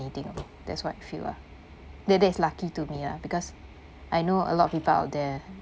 anything wrong that's what I feel lah that that's lucky to me lah because I know a lot of people out there